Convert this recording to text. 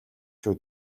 шүү